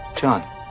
John